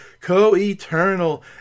co-eternal